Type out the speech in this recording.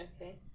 Okay